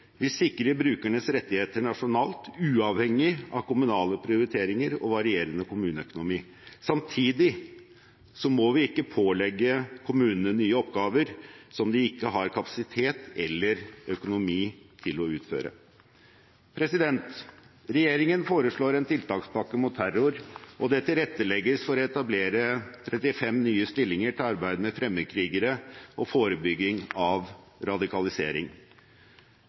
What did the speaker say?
brukernes rettigheter nasjonalt, uavhengig av kommunale prioriteringer og varierende kommuneøkonomi. Samtidig må vi ikke pålegge kommunene nye oppgaver som de ikke har kapasitet eller økonomi til å utføre. Regjeringen foreslår en tiltakspakke mot terror, og det tilrettelegges for å etablere 35 nye stillinger til arbeid med fremmedkrigere og forebygging av radikalisering.